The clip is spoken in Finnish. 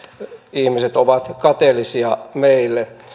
ihmiset ovat kateellisia meille